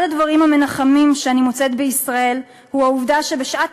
אחד הדברים המנחמים שאני מוצאת בישראל הוא העובדה שבשעת